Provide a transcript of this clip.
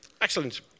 Excellent